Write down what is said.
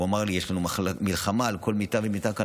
הוא אמר לי: יש לנו מלחמה על כל מיטה ומיטה כאן.